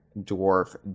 Dwarf